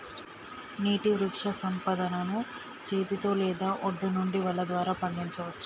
నీటి వృక్షసంపదను చేతితో లేదా ఒడ్డు నుండి వల ద్వారా పండించచ్చు